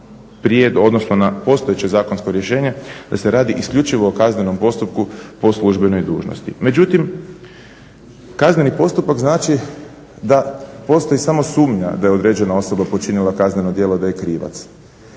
prije, odnosno na postojeće zakonsko rješenje da se radi isključivo o kaznenom postupku po službenoj dužnosti. Međutim, kazneni postupak znači da postoji samo sumnja da je određena osoba počinila kazneno djelo, da je krivac.